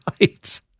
right